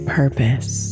purpose